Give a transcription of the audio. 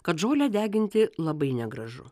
kad žolę deginti labai negražu